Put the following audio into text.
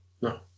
no